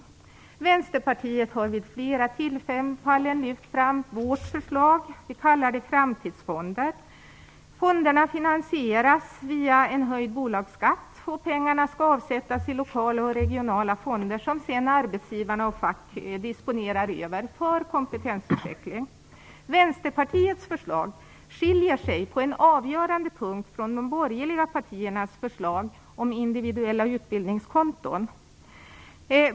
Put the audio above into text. Vi i Vänsterpartiet har vid flera tillfällen lyft fram vårt förslag. Vi kallar det framtidsfonder. Fonderna finansieras via en höjd bolagsskatt, och pengarna skall avsättas i lokala och regionala fonder som arbetsgivarna och facket disponerar för kompetensutveckling. Vänsterpartiets förslag skiljer sig på en avgörande punkt från de borgerliga partiernas förslag om individuella utbildningskonton.